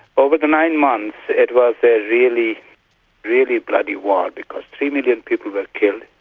over the nine months it was a really really bloody war, because three million people were killed,